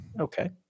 okay